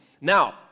Now